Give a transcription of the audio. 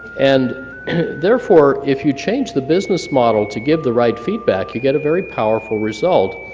and therefore, if you change the business model to give the right feedback you get a very powerful result.